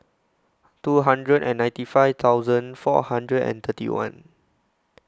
two hundred and ninety five thousand four hundred and thirty one